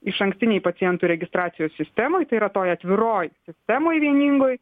išankstinėj pacientų registracijos sistemoj tai yra toje atviroj sistemoj vieningoj